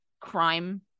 crime